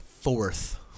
fourth